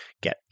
get